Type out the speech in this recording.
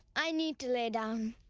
i need to lay down.